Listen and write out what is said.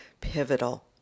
pivotal